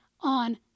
on